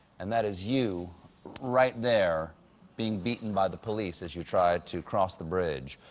and that is you right there being beaten by the police as you tried to cross the bridge.